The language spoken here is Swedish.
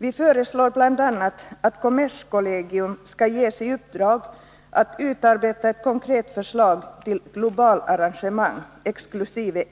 Vi föreslår bl.a. att kommerskollegium skal: 2vs i uppdrag att utarbeta ett konkret förslag till globalarrangemang exkl.